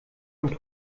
und